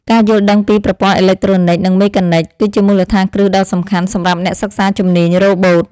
ការយល់ដឹងពីប្រព័ន្ធអេឡិចត្រូនិចនិងមេកានិច គឺជាមូលដ្ឋានគ្រឹះដ៏សំខាន់សម្រាប់អ្នកសិក្សាជំនាញរ៉ូបូត។